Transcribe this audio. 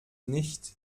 nicht